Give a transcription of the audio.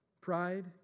Pride